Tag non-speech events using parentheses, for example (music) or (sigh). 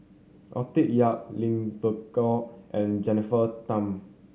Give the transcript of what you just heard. Arthur Yap (unintelligible) and Jennifer Tham